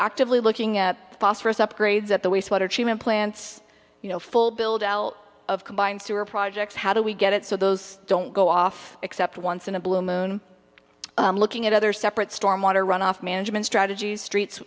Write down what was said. actively looking at phosphorous upgrades at the wastewater treatment plants you know full build out of combined sewer projects how do we get it so those don't go off except once in a blue moon looking at other separate storm water runoff management strategies streets